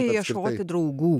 tai ieškoti draugų